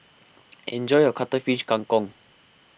enjoy your Cuttlefish Kang Kong